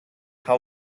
how